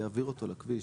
יעביר אותו לכביש.